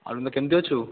ଅରବିନ୍ଦ କେମିତି ଅଛୁ